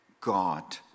God